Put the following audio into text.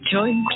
Join